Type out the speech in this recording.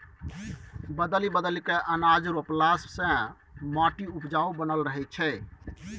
बदलि बदलि कय अनाज रोपला से माटि उपजाऊ बनल रहै छै